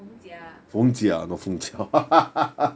feng jia